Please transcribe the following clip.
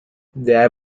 their